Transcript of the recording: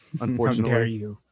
Unfortunately